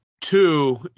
two